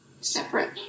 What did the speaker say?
separate